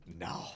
No